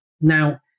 Now